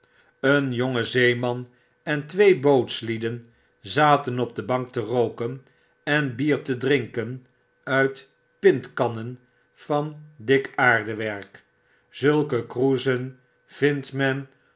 een jonge zeeman en twee bootslieden zaten op de bank te rooken en bier te drinken uit pintkannen van dik aardewerk zulke kroezen vindt men